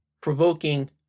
provoking